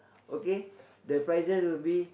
okay the prices will be